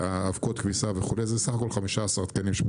אבקות כביסה וכולי זה בסך הכול 15 תקנים.